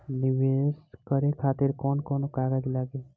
नीवेश करे खातिर कवन कवन कागज लागि?